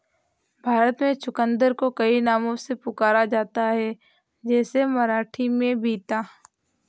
भारत में चुकंदर को कई नामों से पुकारा जाता है जैसे मराठी में बीता